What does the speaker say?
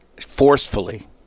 forcefully